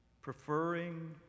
preferring